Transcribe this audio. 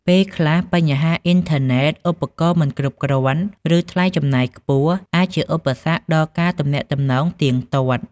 ពេលខ្លះ បញ្ហាអ៊ីនធឺណេត ឧបករណ៍មិនគ្រប់គ្រាន់ ឬថ្លៃចំណាយខ្ពស់ អាចជាឧបសគ្គដល់ការទំនាក់ទំនងទៀងទាត់។